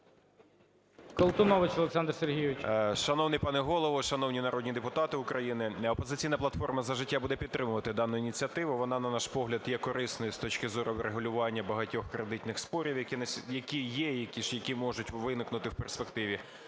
Шановний пане Голово, шановні народні депутати України, "Опозиційна платформа – За життя" буде підтримувати дану ініціативу. Вона, на наш погляд, є корисною з точки зору врегулювання багатьох кредитних спорів, які є і які можуть виникнути в перспективі.